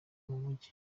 mujyi